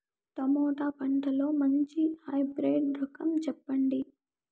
Tomato పంటలో మంచి hybrid రకం చెప్పండి?